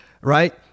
right